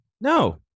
No